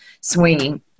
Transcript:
swinging